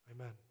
amen